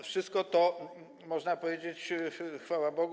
Wszystko to, można powiedzieć, chwała Bogu.